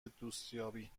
دوستیابی